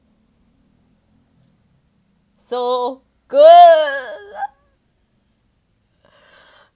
so good